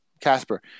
Casper